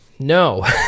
No